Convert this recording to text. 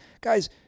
guys